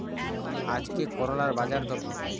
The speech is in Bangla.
আজকে করলার বাজারদর কত?